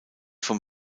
vom